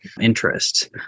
interests